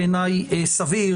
בעיניי,